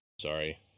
Sorry